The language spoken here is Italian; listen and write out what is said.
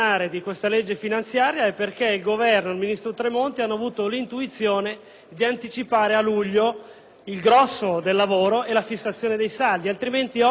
il grosso del lavoro e la fissazione dei saldi; altrimenti oggi saremmo in una situazione ben più complicata e complessa. Ciò va rimarcato e ricordato.